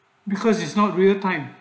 because it's not real time